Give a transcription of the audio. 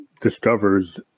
discovers